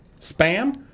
spam